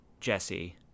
Jesse